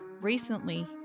Recently